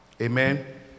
Amen